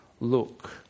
Look